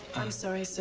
i'm sorry, sir.